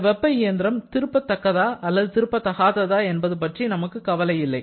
இந்த வெப்ப இயந்திரம் திருப்பதக்கதா அல்லது திருப்ப தகாததா என்பது பற்றி நமக்கு கவலை இல்லை